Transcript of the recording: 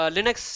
Linux